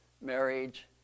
marriage